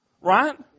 right